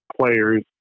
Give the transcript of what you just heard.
players